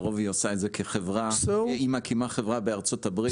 לרוב היא מקימה חברה בארצות הברית.